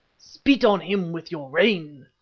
spit on him with your rain!